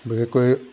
বিশেষকৈ